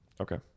Okay